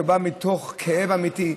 שבא מתוך כאב אמיתי,